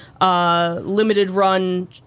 limited-run